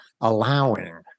allowing